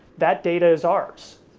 that data is ours.